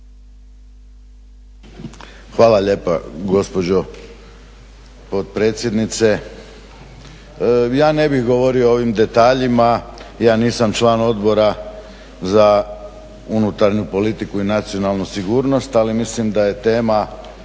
Hvala lijepa gospođo potpredsjednice. Ja ne bih govorio o ovim detaljima, ja nisam član Odbora za unutarnju politiku i nacionalnu sigurnost, ali mislim da je tema